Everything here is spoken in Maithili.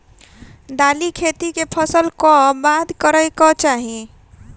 दालि खेती केँ फसल कऽ बाद करै कऽ चाहि?